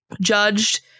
judged